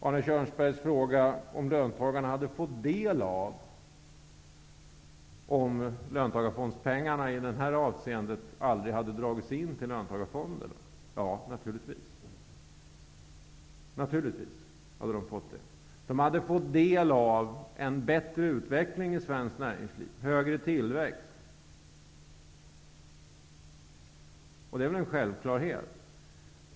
Arne Kjörnsberg frågade om löntagarna skulle ha fått del av pengarna om de aldrig hade dragits in till löntagarfonderna. Ja, naturligtvis skulle de ha fått det. De hade fått del av en bättre utveckling i svenskt näringsliv -- högre tillväxt. Det är väl en självklarhet.